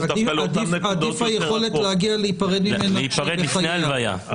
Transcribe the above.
עדיפה היכולת להגיע להיפרד ממנה מאשר להגיע להלוויה.